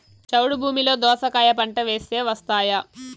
చౌడు భూమిలో దోస కాయ పంట వేస్తే వస్తాయా?